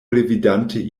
revidante